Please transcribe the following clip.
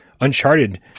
Uncharted